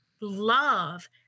love